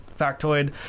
factoid